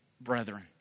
brethren